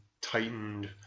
tightened